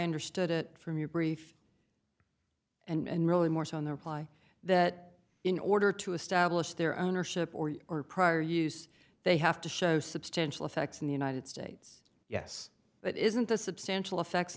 understood it from your brief and really more so on the reply that in order to establish their ownership or prior use they have to show substantial effects in the united states yes but isn't a substantial effects